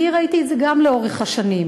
אני ראיתי את זה גם לאורך השנים.